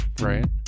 Right